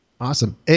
Awesome